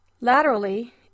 Laterally